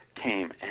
came